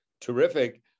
terrific